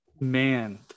man